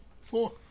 Four